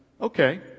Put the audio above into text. okay